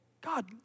God